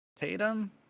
tatum